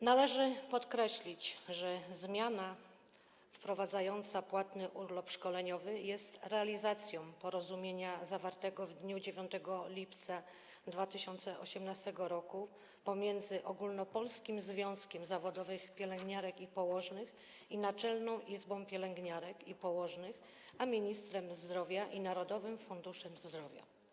Należy podkreślić, że zmiana wprowadzająca płatny urlop szkoleniowy jest realizacją porozumienia zawartego w dniu 9 lipca 2018 r. pomiędzy Ogólnopolskim Związkiem Zawodowym Pielęgniarek i Położnych i Naczelną Izbą Pielęgniarek i Położnych a ministrem zdrowia i Narodowym Funduszem Zdrowia.